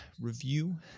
review